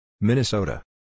Minnesota